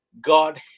god